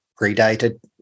Predated